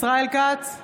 ישראל כץ,